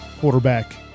Quarterback